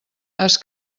has